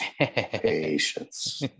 Patience